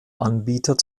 anbieter